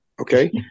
Okay